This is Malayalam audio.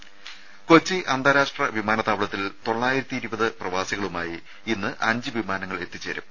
രദേ കൊച്ചി അന്താരാഷ്ട്ര വിമാനത്താവളത്തിൽ പ്രവാസികളുമായി ഇന്ന് അഞ്ച് വിമാനങ്ങൾ എത്തിച്ചേരും